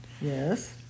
Yes